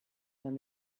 than